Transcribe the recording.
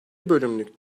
bölümlük